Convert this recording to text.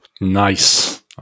Nice